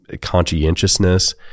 conscientiousness